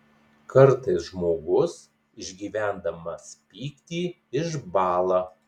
kartais žmogus išgyvendamas pyktį išbąla